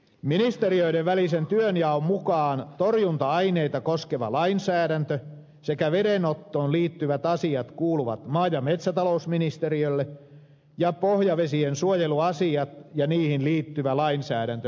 ministeriöiden välisen työnjaon mukaan torjunta aineita koskeva lainsäädäntö sekä vedenottoon liittyvät asiat kuuluvat maa ja metsätalousministeriölle ja pohjavesien suojeluasiat ja niihin liittyvä lainsäädäntö ympäristöministeriölle